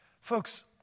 Folks